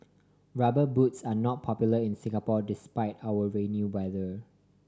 Rubber Boots are not popular in Singapore despite our rainy weather